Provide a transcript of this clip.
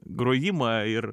grojimą ir